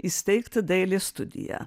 įsteigti dailės studiją